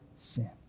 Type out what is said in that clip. sin